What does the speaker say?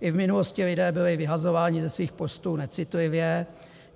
I v minulosti lidé byli vyhazováni ze svých postů necitlivě,